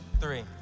three